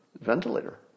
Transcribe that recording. ventilator